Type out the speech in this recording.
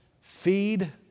feed